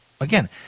Again